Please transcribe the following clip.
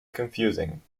confusing